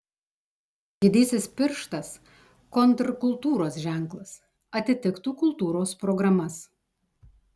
didysis pirštas kontrkultūros ženklas atitiktų kultūros programas